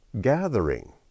gathering